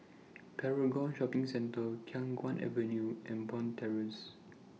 Paragon Shopping Centre Khiang Guan Avenue and Bond Terrace